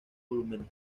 volúmenes